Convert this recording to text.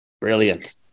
Brilliant